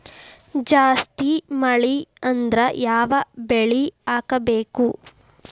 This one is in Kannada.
ಜಾಸ್ತಿ ಮಳಿ ಆದ್ರ ಯಾವ ಬೆಳಿ ಹಾಕಬೇಕು?